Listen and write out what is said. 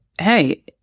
hey